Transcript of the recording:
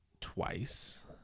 twice